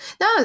No